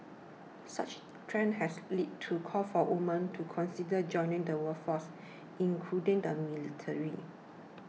such trends have led to calls for women to consider joining the workforce including the military